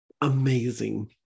Amazing